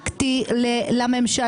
הצבעה הרוויזיה לא אושרה.